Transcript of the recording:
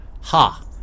Ha